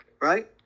right